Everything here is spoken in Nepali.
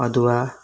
अदुवा